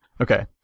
Okay